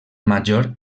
major